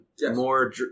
more